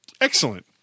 Excellent